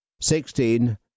sixteen